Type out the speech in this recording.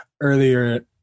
earlier